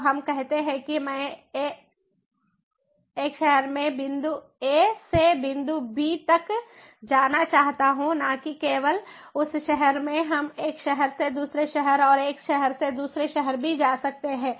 तो हम कहते हैं कि मैं ए शहर में बिंदु ए से बिंदु बी तक जाना चाहता हूं न कि केवल उस शहर में हम एक शहर से दूसरे शहर और एक शहर से दूसरे शहर भी जा सकते हैं